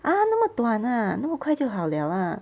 ah 那么短 ah 那么快就好 liao lah